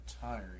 tiring